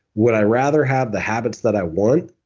would i rather have the habits that i want,